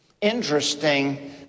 Interesting